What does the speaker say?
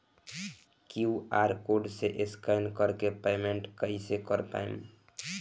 QR code से scan कर के पेमेंट कइसे कर पाएम?